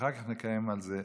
ואחר כך נקיים על זה הצבעה.